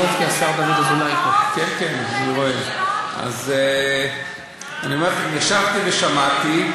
אני אומר לכם, ישבתי ושמעתי,